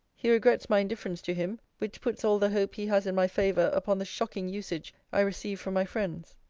he regrets my indifference to him which puts all the hope he has in my favour upon the shocking usage i receive from my friends.